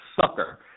sucker